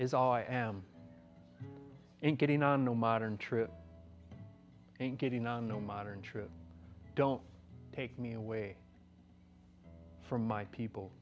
is all i am and getting on no modern trip and getting on no modern trip don't take me away from my people